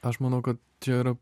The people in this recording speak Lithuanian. aš manau kad čia yra